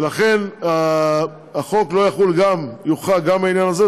ולכן הוא יוחרג מהחוג בעניין הזה.